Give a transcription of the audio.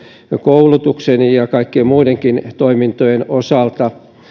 koulutuksen ja kaikkien muidenkin toimintojen osalta